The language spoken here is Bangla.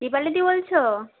দীপালিদি বলছ